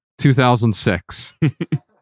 2006